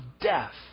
death